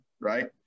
right